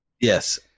yes